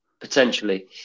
Potentially